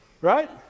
Right